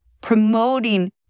promoting